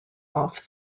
off